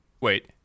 wait